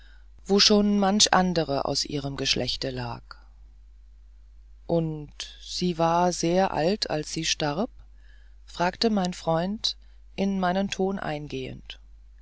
wo schon andere aus ihrem geschlechte lagen und sie war sehr alt als sie starb fragte mein freund in meinen ton eingehend